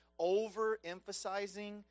overemphasizing